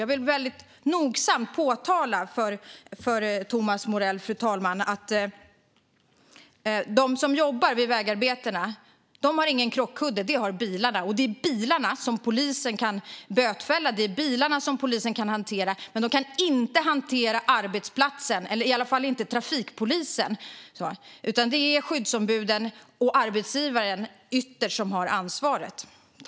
Jag vill väldigt nogsamt påpeka för Thomas Morell att de som jobbar vid vägarbetena inte har någon krockkudde, fru talman - men det har bilarna, och det är bilisterna polisen kan bötfälla och hantera. De kan dock inte hantera arbetsplatsen, i alla fall inte trafikpolisen. Det är i stället skyddsombuden, och ytterst arbetsgivaren, som har ansvaret.